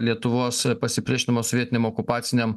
lietuvos pasipriešinimo sovietiniam okupaciniam